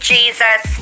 Jesus